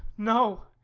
no.